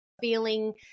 feeling